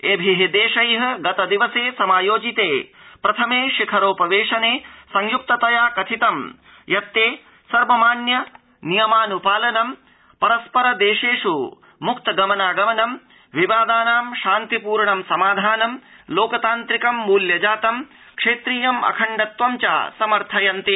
एभिः देशैः गतदिने समायोजिते प्रथमे शिखरोप वेशने संयुक्त तया कथितं यत्ते सर्वमान्य नियमानाम् अनुपालनं परस्पर देशेषु मुक्त गमनागमनं विवादानां शान्तिपूर्णं समाधानं लोकतान्त्रिकं मूल्यजातं क्षेत्रीयम् अखण्डत्वं च समर्थयन्ति